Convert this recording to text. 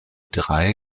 drei